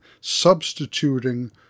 substituting